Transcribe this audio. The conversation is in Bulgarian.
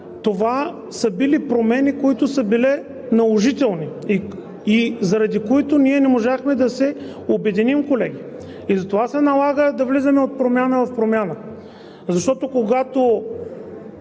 Това са били промени, които са били наложителни и заради които ние не можахме да се обединим, колеги. Затова се налага да влизаме от промяна в промяна. Защото, когато